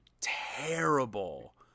terrible